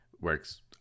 works